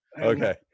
Okay